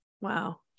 Wow